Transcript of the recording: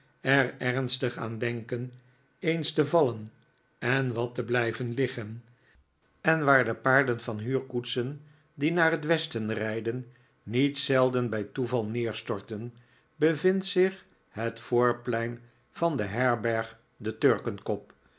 ernstig aan denken eens te vallen en wat te blijven liggen en waar de paarden van huurkoetsen die naar het westen rijden niet zelden bij toeval neerstorten bevindt zich het voorplein van de herberg de turkenkop